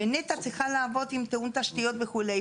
ונת"ע צריכה לעבוד עם תיאום תשתיות וכולה.